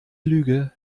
lüge